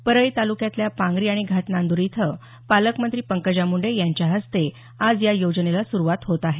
परळी तालुक्यातल्या पांगरी आणि घाटनांदर इथं पालकमंत्री पंकजा मुंडे यांच्या हस्ते आज या योजनेला सुरुवात होत आहे